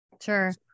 Sure